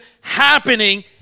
happening